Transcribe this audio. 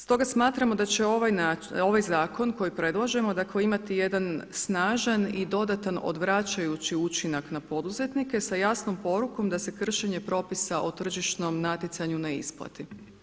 Stoga smatramo da će ovaj zakon koji predlažemo, dakle imati jedan snažan i dodatan odvraćajući učinak na poduzetnike sa jasnom porukom da se kršenje propisa o tržišnom natjecanju ne isplati.